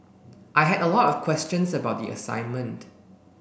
I had a lot of questions about the assignment